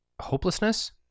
hopelessness